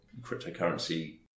cryptocurrency